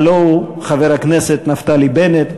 הלוא הוא חבר הכנסת נפתלי בנט.